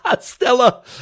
Stella